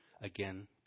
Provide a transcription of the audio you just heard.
again